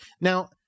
Now